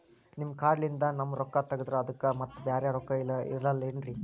ನಿಮ್ ಕಾರ್ಡ್ ಲಿಂದ ನಮ್ ರೊಕ್ಕ ತಗದ್ರ ಅದಕ್ಕ ಮತ್ತ ಬ್ಯಾರೆ ರೊಕ್ಕ ಇಲ್ಲಲ್ರಿ ಮತ್ತ?